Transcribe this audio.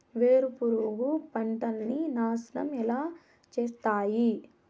వేరుపురుగు పంటలని నాశనం ఎలా చేస్తాయి?